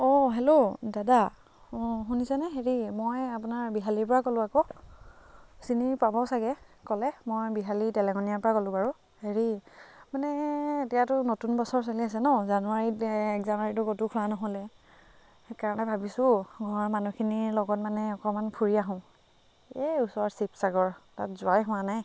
অঁ হেল্ল' দাদা অঁ শুনিছেনে হেৰি মই আপোনাৰ বিহালীৰ পৰা ক'লোঁ আকৌ চিনি পাব চাগৈ ক'লে মই বিহালি তেলেঙনীয়াৰ পৰা ক'লোঁ বাৰু হেৰি মানে এতিয়াতো নতুন বছৰ চলি আছে ন জানুৱাৰীত এক জানুৱাৰীটো ক'তো খোৱা নহ'লে সেইকাৰণে ভাবিছোঁ ঘৰৰ মানুহখিনি লগত মানে অকণমান ফুৰি আহোঁ এই ওচৰ শিৱসাগৰ তাত যোৱাই হোৱা নাই